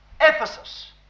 Ephesus